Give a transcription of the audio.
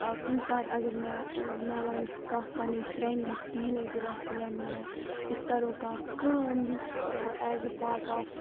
کُنہِ ساتہٕ اگر مےٚ مےٚ وَنۍ کانٛہہ پَنٕنۍ فرینٛڈ یُس ٹیٖن ایجَر آسہِ وَنۍ مےٚ أسۍ کَرو کانٛہہ کٲم یُس ایز اے پاٹ آف